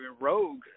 rogue